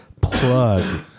plug